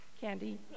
Candy